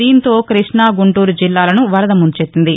దీంతో కృష్ణా గుంటూరు జిల్లాలను వరద ముంచెత్తింది